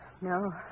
No